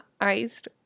iced